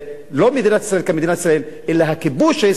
לא מדינת ישראל כמדינת ישראל אלא הכיבוש הישראלי,